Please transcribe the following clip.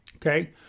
Okay